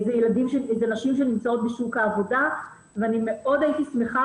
זה נשים שנמצאות בשוק העבודה ואני מאוד הייתי שמחה,